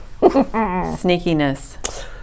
Sneakiness